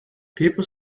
people